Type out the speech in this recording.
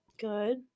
Good